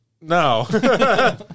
No